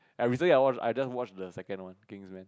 I recently I watch I just watch the second one Kingsman